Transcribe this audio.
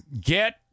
get